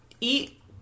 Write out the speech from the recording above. Eat